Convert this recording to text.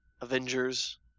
Avengers